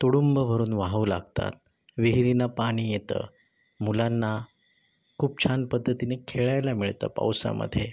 तुडुंब भरून वाहू लागतात विहिरींना पाणी येतं मुलांना खूप छान पद्धतीनी खेळायला मिळतं पावसामध्ये